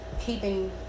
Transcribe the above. keeping